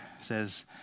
says